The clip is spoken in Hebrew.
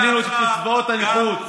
העלינו את קצבאות הנכות,